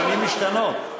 פנים משתנות.